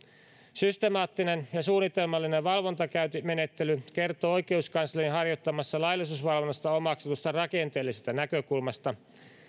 systemaattinen ja suunnitelmallinen valvontakäyntimenettely kertoo oikeuskanslerin harjoittamassa laillisuusvalvonnassa omaksutusta rakenteellisesta näkökulmasta